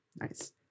Nice